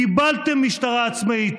קיבלתם משטרה עצמאית.